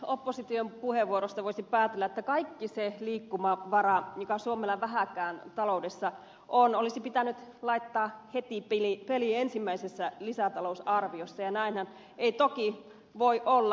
opposition puheenvuoroista voisi päätellä että kaikki se liikkumavara mikä suomella vähääkään taloudessa on olisi pitänyt laittaa heti peliin ensimmäisessä lisätalousarviossa ja näinhän ei toki voi olla